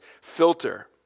filter